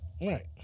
Right